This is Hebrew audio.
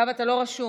אגב, אתה לא רשום.